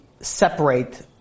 Separate